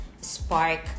spark